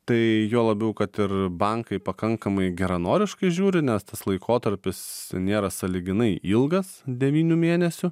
tai juo labiau kad ir bankai pakankamai geranoriškai žiūri nes tas laikotarpis nėra sąlyginai ilgas devynių mėnesių